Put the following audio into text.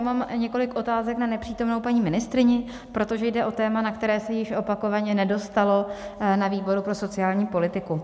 Mám několik otázek na nepřítomnou paní ministryni, protože jde o téma, na které se již opakovaně nedostalo na výboru pro sociální politiku.